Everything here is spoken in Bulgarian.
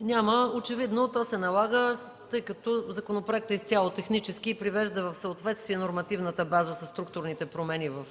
Няма. Очевидно то се налага, тъй като законопроектът е изцяло технически и привежда в съответствие нормативната база със структурните промени в